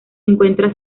encuentra